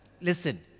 listen